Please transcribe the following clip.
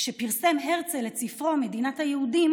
כשפרסם הרצל את ספרו מדינת היהודים